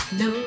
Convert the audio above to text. no